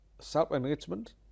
self-enrichment